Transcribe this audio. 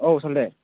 औ सालथे